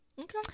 Okay